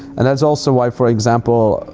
and that's also why, for example,